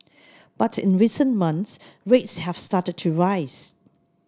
but in recent months rates have started to rise